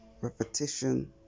repetition